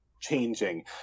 changing